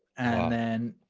and then